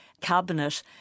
cabinet